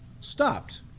stopped